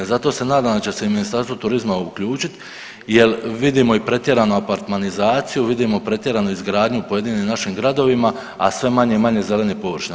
Zato se nadam da će se i Ministarstvo turizma uključiti jel vidimo i pretjeranu apartmanizaciju, vidimo pretjeranu izgradnju u pojedinim našim gradovima, a sve manje i manje zelenih površina.